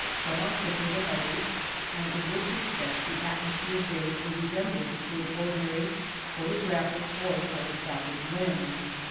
some are thicker than others and in this respect the atmosphere bears a resemblance to an ordinary photographic or telescopic lens.